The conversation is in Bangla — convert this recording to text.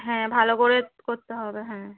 হ্যাঁ ভালো করে করতে হবে হ্যাঁ